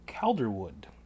Calderwood